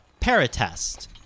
paratest